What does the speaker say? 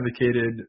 advocated